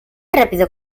rápido